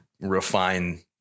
refine